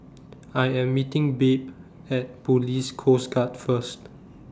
I Am meeting Babe At Police Coast Guard First